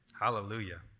Hallelujah